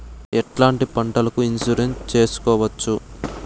ఎట్లాంటి పంటలకు ఇన్సూరెన్సు చేసుకోవచ్చు?